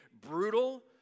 brutal